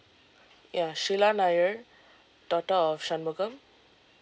ya sheila nair daughter of shanmugam